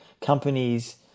companies